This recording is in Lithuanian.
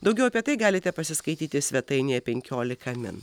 daugiau apie tai galite pasiskaityti svetainėje penkiolika min